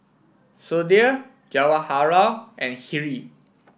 Sudhir Jawaharlal and Hri